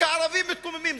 רק הערבים מתקוממים.